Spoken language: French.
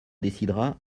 décidera